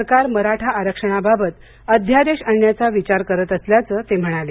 सरकार मराठा आरक्षणाबाबत अध्यादेश आणण्याचा विचार करत असल्याचं ते म्हणाले